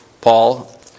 Paul